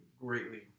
greatly